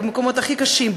במקומות הכי קשים,